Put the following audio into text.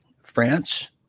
France